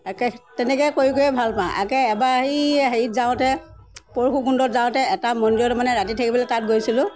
একে তেনেকৈ কৰি কৰিয়ে ভাল পাওঁ আগে এবাৰ হেৰি হেৰিত যাওঁতে পৰশু কুণ্ডত যাওঁতে এটা মন্দিৰত মানে ৰাতি থাকিবলৈ তাত গৈছিলোঁ